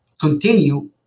continue